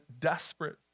Desperate